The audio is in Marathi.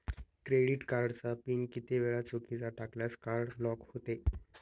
क्रेडिट कार्डचा पिन किती वेळा चुकीचा टाकल्यास कार्ड ब्लॉक होते?